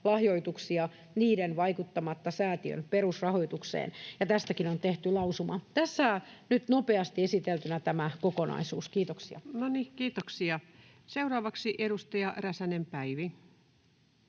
niiden vaikuttamatta säätiön perusrahoitukseen, ja tästäkin on tehty lausuma. Tässä nyt nopeasti esiteltynä tämä kokonaisuus. — Kiitoksia. [Speech 148] Speaker: Ensimmäinen